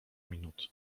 minut